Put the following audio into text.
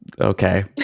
okay